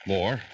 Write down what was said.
More